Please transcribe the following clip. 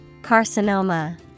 Carcinoma